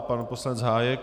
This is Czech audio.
Pan poslanec Hájek?